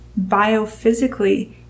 biophysically